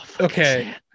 okay